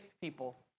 people